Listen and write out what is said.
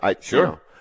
Sure